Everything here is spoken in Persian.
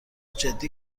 جدی